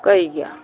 ꯀꯩꯒꯤ